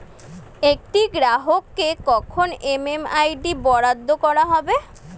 একটি গ্রাহককে কখন এম.এম.আই.ডি বরাদ্দ করা হবে?